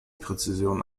präzision